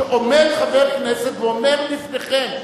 כשעומד חבר כנסת ואומר לפניכם,